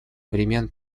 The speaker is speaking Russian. времени